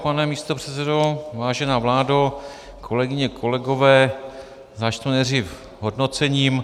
Pane místopředsedo, vážená vládo, kolegyně, kolegové, začnu nejdřív hodnocením.